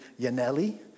Yanelli